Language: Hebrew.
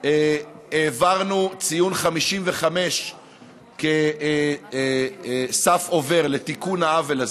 העברנו ציון 55 כסף עובר לתיקון העוול הזה.